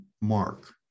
mark